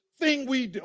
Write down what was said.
thing we do.